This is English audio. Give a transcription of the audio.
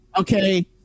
okay